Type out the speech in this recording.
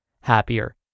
happier